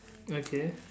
okay